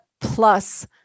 plus